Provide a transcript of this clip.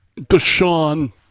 Deshaun